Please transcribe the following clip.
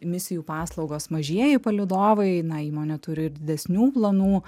misijų paslaugos mažieji palydovai na įmonė turi ir didesnių planų